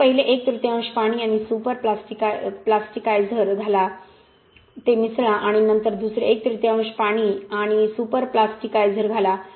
नंतर पहिले एक तृतीयांश पाणी आणि सुपरप्लास्टिकायझर घाला ते मिसळा आणि नंतर दुसरे एक तृतीयांश पाणी आणि सुपरप्लास्टिकायझर घाला